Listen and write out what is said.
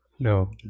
No